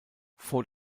vor